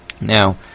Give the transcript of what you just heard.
Now